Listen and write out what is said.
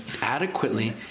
adequately